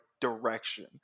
direction